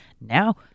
now